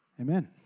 Amen